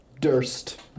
Durst